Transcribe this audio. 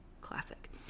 classic